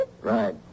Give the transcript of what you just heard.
Right